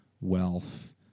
wealth